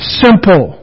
simple